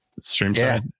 Streamside